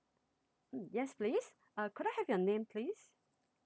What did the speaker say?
yes please uh could I have your name please